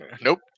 Nope